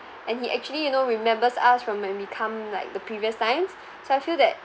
and he actually you know remembers us from when we come like the previous times so I feel that